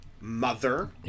mother